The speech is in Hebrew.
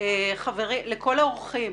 לכל האורחים,